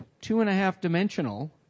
two-and-a-half-dimensional